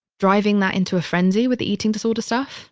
driving that into a frenzy with eating disorder stuff?